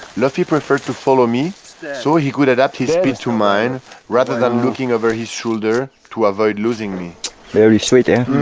lofi prefered to follow me so he could adapt his speed to mine rather than looking over his shoulder to avoid losing me very sweet ah?